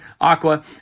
Aqua